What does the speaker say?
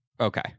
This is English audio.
Okay